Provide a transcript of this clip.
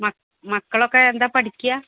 മക്കളൊക്കെ എന്താണ് പഠിക്കയ